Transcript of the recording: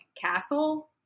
castle